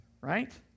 right